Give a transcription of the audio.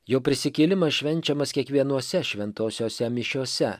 jo prisikėlimas švenčiamas kiekvienose šventosiose mišiose